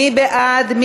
מי בעד?